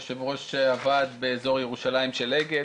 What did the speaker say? יושב ראש הוועד באזור ירושלים של אגד.